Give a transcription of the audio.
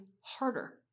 harder